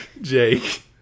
Jake